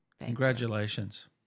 Congratulations